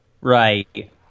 Right